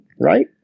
right